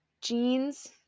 jeans